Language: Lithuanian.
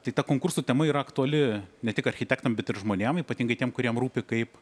tai ta konkurso tema ir aktuali ne tik architektam bet ir žmonėm ypatingai tiem kuriem rūpi kaip